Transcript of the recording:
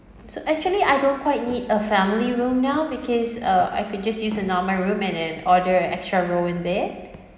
so actually I don't quite need a family room now because uh I could just use uh normal room and then order extra roll in bed